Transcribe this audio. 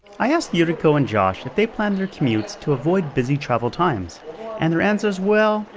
i asked yuriko and josh if they planned their commutes to avoid busy travel times and their answers, well,